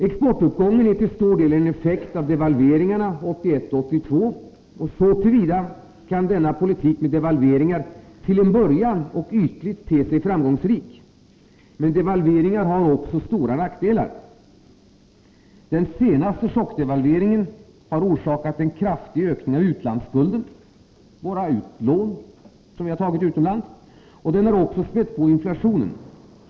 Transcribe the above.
Exportuppgången är till stor del en effekt av devalveringarna 1981 och 1982. Så till vida kan denna politik med devalveringar till en början och ytligt sett te sig framgångsrik. Men devalveringar har också stora nackdelar. Den senaste chockdevalveringen har orsakat en kraftig ökning av utlandsskulden, och den har spätt på inflationen.